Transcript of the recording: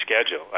schedule